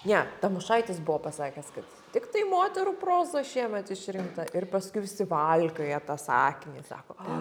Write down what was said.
ne tamošaitis buvo pasakęs kad tiktai moterų proza šiemet išrinkta ir paskui visi valkioja tą sakinį sako a